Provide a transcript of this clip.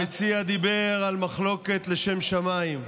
המציע דיבר על מחלוקת לשם שמיים.